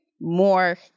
more